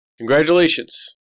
Congratulations